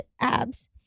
abs